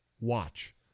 Watch